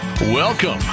Welcome